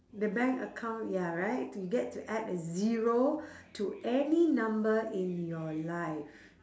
the bank account ya right to get to add a zero to any number in your life